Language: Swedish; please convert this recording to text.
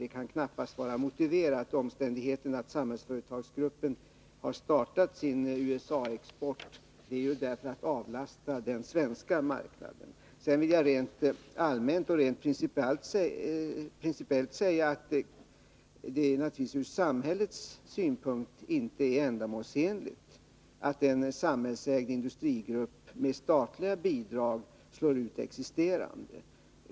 Det kan knappast vara motiverat. Den omständigheten att Samhällsföretagsgruppen har startat en USA-export beror ju på att man avsåg att avlasta den svenska marknaden. Rent allmänt och principiellt vill jag säga att det ur samhällets synpunkt naturligtvis inte är ändamålsenligt att en samhällsägd industrigrupp med statliga bidrag slår ut redan existerande företag.